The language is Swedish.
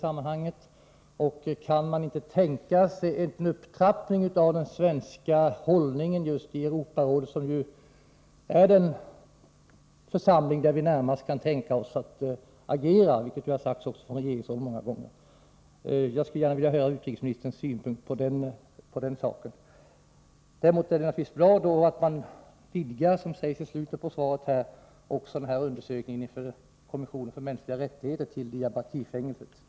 Kan man inte tänka sig en upptrappning av den svenska hållningen i just Europarådet, som är den församling där vi närmast kan tänka oss att agera, vilket också regeringen har sagt många gånger. Jag skulle gärna vilja höra utrikesministerns åsikt om detta. Det är självfallet bra, vilket sägs i slutet på svaret, att man kan vidga den europeiska kommissionens för de mänskliga rättigheterna undersökning till att omfatta även förhållandena i Diyarbakir-fängelset.